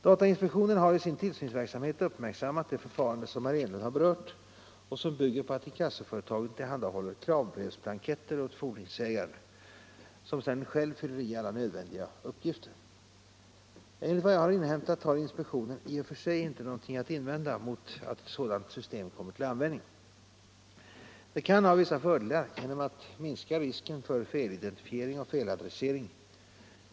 Datainspektionen har i sin tillsynsverksamhet uppmärksammat det förfarande som herr Enlund har berört och som bygger på att inkassoföretagen tillhandahåller kravbrevsblanketter åt fordringsägaren, som sedan själv fyller i alla nödvändiga uppgifter. Enligt vad jag har inhämtat har inspektionen i och för sig inte något att erinra mot att ett sådant system kommer till användning. Det kan ha vissa fördelar genom att minska risken för felidentifiering och feladressering.